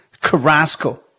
Carrasco